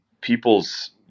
people's